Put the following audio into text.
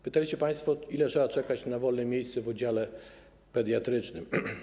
Pytaliście państwo, ile trzeba czekać na wolne miejsce w oddziale pediatrycznym.